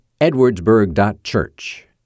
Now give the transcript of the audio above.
edwardsburg.church